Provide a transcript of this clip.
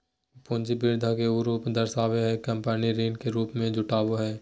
पूंजी वृद्धि के उ रूप दर्शाबो हइ कि कंपनी ऋण के रूप में जुटाबो हइ